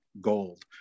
gold